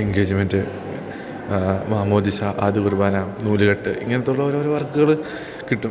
engagement മാമോദിസ ആദ്യ കുർബാന നൂല്കെട്ട് ഇങ്ങനത്തെയുള്ള ഓരോരോ വർക്കുകൾ കിട്ടും